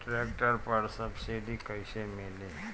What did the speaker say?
Tractor पर subsidy कैसे मिली?